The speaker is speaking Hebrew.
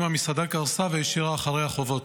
אם המסעדה קרסה והשאירה אחריה חובות.